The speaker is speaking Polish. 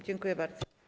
Dziękuję bardzo.